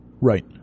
Right